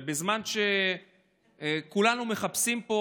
בזמן שכולנו פה,